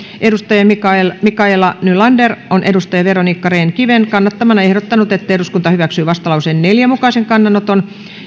mikaela mikaela nylander on veronica rehn kiven kannattamana ehdottanut että eduskunta hyväksyy vastalauseen neljän mukaisen kannanoton